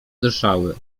dyszały